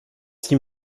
six